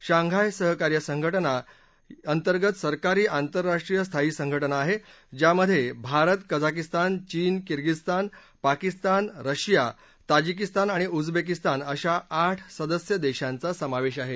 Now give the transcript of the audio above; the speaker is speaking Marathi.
शांघाय सहकार्य संघटना ही एसीओ अंतर्गत सरकारी आंतरराष्ट्रीय स्थायी संघटना आहे ज्यामधे भारत कझाकिस्तान चीनकिर्गिज़स्तान पाकिस्तान रूस ताजिकिस्तान आणि उज्बेकिस्तान अशा आठ सदस्य देशांचा समावेश आहे